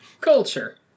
Culture